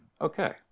okay